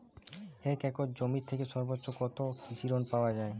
এক একর জমি থেকে সর্বোচ্চ কত কৃষিঋণ পাওয়া য়ায়?